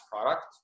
product